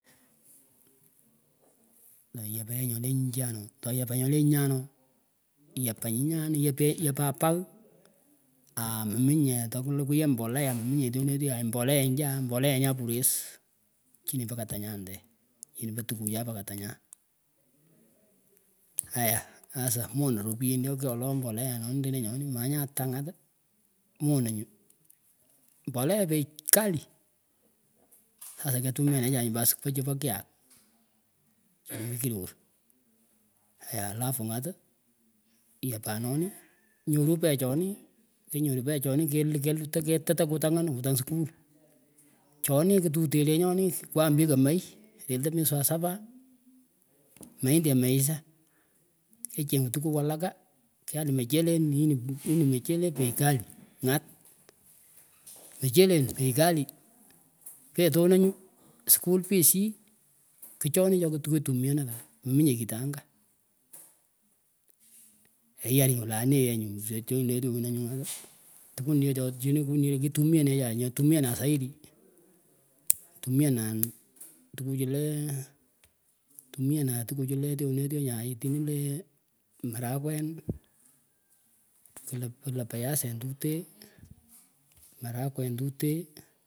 Tko yapah henyoleh nyinchah noh toh yapah nyoleh nyinyahnoh iyapah nyinyan iyeeh yapah pagh aah meminyeh tohklukuhyeh mbolea meminyeh tyonah tyoay mbolea njah mbolea nyan puress chinih pah katanyandeh chini tukuchan pa katanyan ayah asah monah ropien choh kyoloh mbolea noni tenah nyonih manyah atah ngat monanyun mbolea bei kali asah ketumianachah nyuh pa skah chuh pa kiyak chomih kiror ayah alafu ngat iyapanonih nyoruh peechonih kenyoruh peechonih keluh keluh tahketetea kutangh anoh kutang skull chonih kituteh tenyonih kwam pich kemay reltah mweswah saba mahindi ameisha kechenguh tukuh walaka kyai mchelen nini ni mchele bei kali ngat mchelen bei kali peteh anah nyuh skull fees yih kchonih choh kitumianah pat meminyeh kitangah keyar nyuh leani yenyuh tyonah leh tyona knyuh toku nyeh cho chinih kitumianechah nyah kutumia nan zaidi tumianan tukuchuh leh tumianan tukuchu leh tyonah tyonah tinileh marakwen klah klah pyasin tuteh.